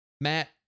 Matt